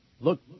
Look